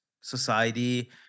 society